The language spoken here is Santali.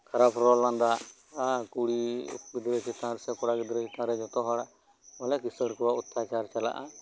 ᱠᱷᱟᱨᱟᱯ ᱨᱚᱲ ᱞᱟᱸᱫᱟ ᱟᱨ ᱠᱩᱲᱤ ᱜᱤᱫᱽᱨᱟᱹ ᱪᱮᱛᱟᱱ ᱨᱮ ᱥᱮ ᱠᱚᱲᱟ ᱜᱤᱫᱽᱨᱟᱹ ᱪᱮᱛᱟᱱ ᱨᱮ ᱡᱚᱛᱚ ᱦᱚᱲᱟᱜ ᱵᱚᱞᱮ ᱠᱤᱸᱥᱟᱹᱲ ᱠᱚᱣᱟᱜ ᱚᱛᱛᱟᱪᱟᱨ ᱪᱟᱞᱟᱜᱼᱟ